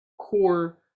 core